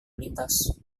lintas